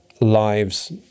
lives